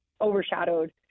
overshadowed